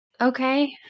Okay